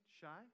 shy